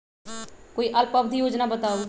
कोई अल्प अवधि योजना बताऊ?